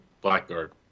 Blackguard